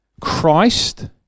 Christ